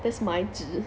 that's my 指